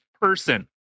person